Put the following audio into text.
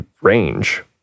range